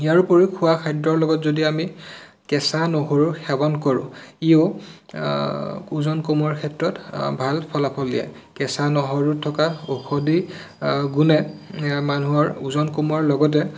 ইয়াৰ উপৰিও খোৱা খাদ্যৰ লগত যদি আমি কেঁচা নহৰু সেৱন কৰোঁ ইও ওজন কমোৱাৰ ক্ষেত্ৰত ভাল ফলাফল দিয়ে কেঁচা নহৰুত থকা ঔষধি গুণে মানুহৰ ওজন কমোৱাৰ লগতে